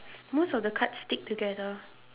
most of the cards stick together